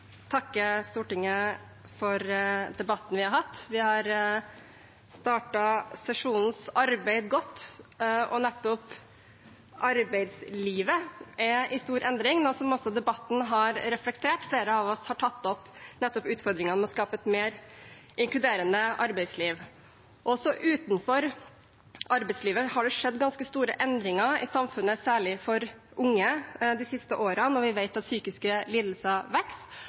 nettopp arbeidslivet er i stor endring, noe som også debatten har reflektert. Flere av oss har tatt opp nettopp utfordringene med å skape et mer inkluderende arbeidsliv. Også utenfor arbeidslivet har det skjedd ganske store endringer i samfunnet, særlig for unge, de siste årene når vi vet at antall psykiske lidelser